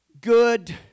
good